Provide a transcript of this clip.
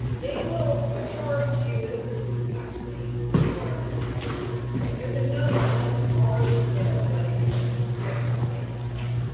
they will charge you this is actually more than what i'm looking for. there's another one. once you already know what it is this is way too much money for you folks.